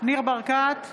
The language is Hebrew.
ניר ברקת,